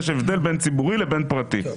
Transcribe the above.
יש הבדל ציבורי לבין פרטי.